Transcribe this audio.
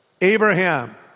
Abraham